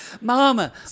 Mama